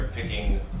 picking